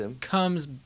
comes